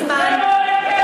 כמה?